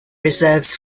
reserves